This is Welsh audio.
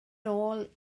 nôl